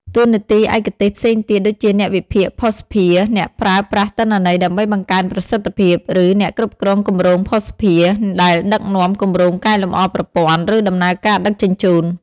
តួនាទីឯកទេសផ្សេងទៀត ដូចជាអ្នកវិភាគភស្តុភារ ដែលប្រើប្រាស់ទិន្នន័យដើម្បីបង្កើនប្រសិទ្ធភាព ឬអ្នកគ្រប់គ្រងគម្រោងភស្តុភារ ដែលដឹកនាំគម្រោងកែលម្អប្រព័ន្ធ ឬដំណើរការដឹកជញ្ជូន។